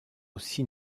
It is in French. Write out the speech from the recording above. aussi